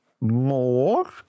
more